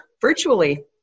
Virtually